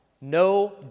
No